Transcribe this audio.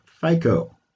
FICO